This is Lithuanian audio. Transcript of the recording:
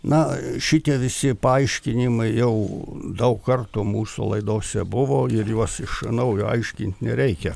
na šitie visi paaiškinimai jau daug kartų mūsų laidose buvo ir juos iš naujo aiškint nereikia